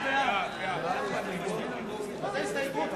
סעיפים 1 4 נתקבלו.